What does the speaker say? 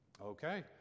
Okay